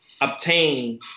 obtain